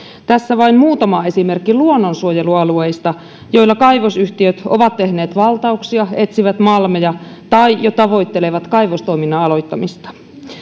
tässä vain muutama esimerkki luonnonsuojelualueista joilla kaivosyhtiöt ovat tehneet valtauksia etsivät malmeja tai jo tavoittelevat kaivostoiminnan aloittamista